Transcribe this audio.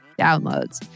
downloads